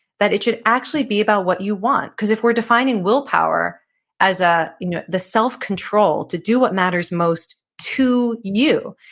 that it should actually be about what you want, because if we're defining willpower as ah you know the self-control to do what matters most to you,